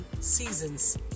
seasons